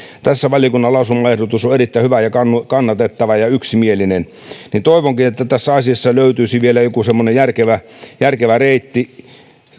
tässä valiokunnan lausumaehdotus on erittäin hyvä ja kannatettava ja yksimielinen ja toivonkin että tässä asiassa löytyisi vielä joku semmoinen järkevä järkevä reitti